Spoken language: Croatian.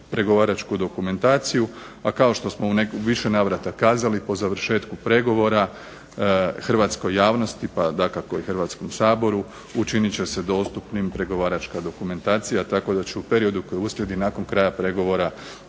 pregovaračku dokumentaciju. A kao što smo u više navrata kazali po završetku pregovora hrvatskoj javnosti pa dakako i Hrvatskom saboru učinit će se dostupnim pregovaračka dokumentacija, tako da će u periodu koji uslijedi nakon kraja pregovora